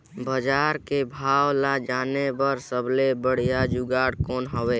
बजार के भाव ला जाने बार सबले बढ़िया जुगाड़ कौन हवय?